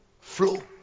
Flow